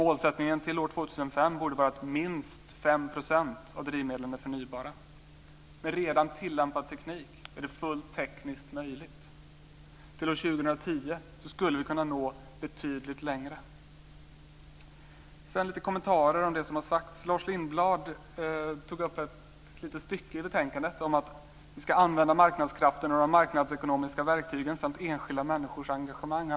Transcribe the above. Målsättningen till år 2005 borde vara att minst 5 % av drivmedlen är förnybara. Med redan tillämpad teknik är det tekniskt fullt möjligt. Till år 2010 skulle vi kunna nå betydligt längre. Jag har lite kommentarer till det som har sagts. Lars Lindblad tog upp ett litet stycke i betänkandet om att vi ska använda marknadskrafterna och de marknadsekonomiska verktygen samt enskilda människors engagemang.